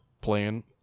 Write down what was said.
playing